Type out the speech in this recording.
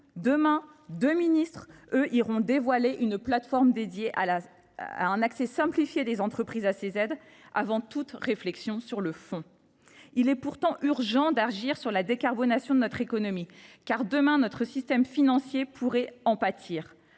demain, deux ministres dévoileront une plateforme dédiée à un accès simplifié des entreprises à ces aides, avant toute réflexion sur le fond. Il est pourtant urgent d’agir pour la décarbonation de notre économie. À défaut, notre système financier pourrait en pâtir